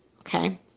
okay